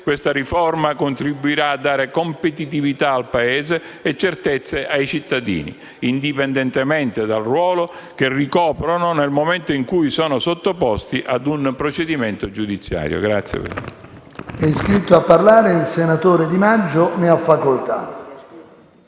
questa riforma contribuirà a dare competitività al Paese e certezze ai cittadini, indipendentemente dal ruolo che ricoprono nel momento in cui sono sottoposti ad un procedimento giudiziario.